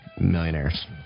millionaires